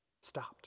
stopped